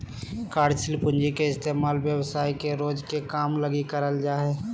कार्यशील पूँजी के इस्तेमाल व्यवसाय के रोज के काम लगी करल जा हय